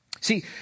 See